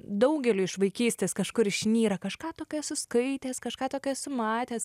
daugeliui iš vaikystės kažkur išnyra kažką tokio esu skaitęs kažką tokio esu matęs